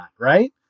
right